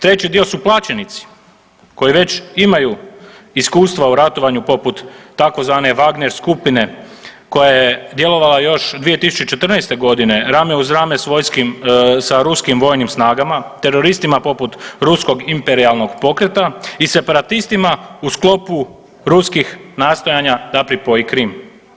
Treći dio su plaćenici koji već imaju iskustva u ratovanju poput tzv. Wagner skupine koja je djelovala još 2014. godine rame uz rame s ruskim vojnim snagama, teroristima poput ruskog Imperijalnog pokreta i separatistima u sklopu ruskih nastojanja da pripoji Krim.